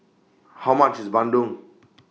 How much IS Bandung